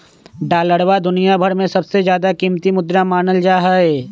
डालरवा दुनिया भर में सबसे ज्यादा कीमती मुद्रा मानल जाहई